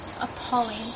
appalling